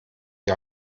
die